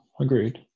Agreed